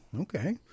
Okay